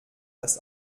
dass